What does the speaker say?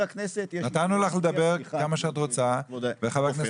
נתנו לך לדבר כמה שאת רוצה וחבר הכנסת